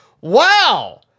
wow